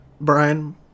Brian